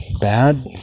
bad